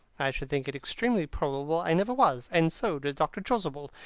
i should think it extremely probable i never was, and so does dr. chasuble.